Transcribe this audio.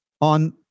on